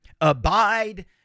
abide